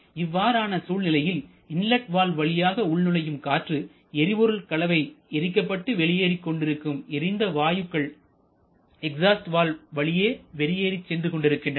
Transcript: இவ்வாறான சூழ்நிலையில் inlet valve வழியாக உள்நுழையும் காற்று எரிபொருள் கலவை எரிக்கப்பட்டு வெளியேறிக் கொண்டிருக்கும் எரிந்த வாயுக்கள் எக்ஸாஸ்ட் வால்வு வழியாக வெளியேறிச் சென்று கொண்டிருக்கின்றன